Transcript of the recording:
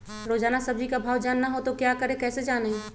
रोजाना सब्जी का भाव जानना हो तो क्या करें कैसे जाने?